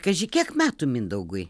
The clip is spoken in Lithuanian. kaži kiek metų mindaugui